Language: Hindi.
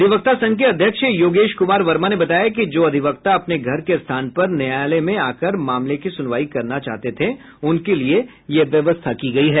अधिवक्ता संघ के अध्यक्ष योगेश कुमार वर्मा ने बताया कि जो अधिवक्ता अपने घर के स्थान पर न्यायालय में आकर मामले की सुनवाई करना चाहते थे उनके लिये यह व्यवस्था की गई है